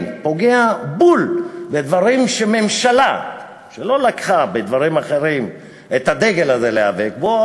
פוגע בול בדברים שהממשלה שלא לקחה בהם את הדגל הזה להיאבק עליו,